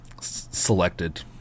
selected